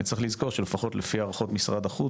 צריך לזכור שלפחות בהערכות של משרד החוץ